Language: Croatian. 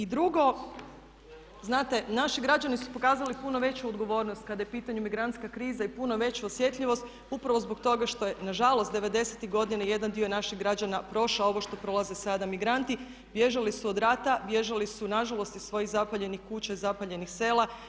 Drugo, znate naši građani su pokazali puno veću odgovornost kada je u pitanju migrantska kriza i puno veću osjetljivost upravo zbog toga što je nažalost '90-ih godina jedan dio naših građana prošao ovo što prolaze sada migranti, bježali su od rata, bježali su nažalost iz svojih zapaljenih kuća i zapaljenih sela.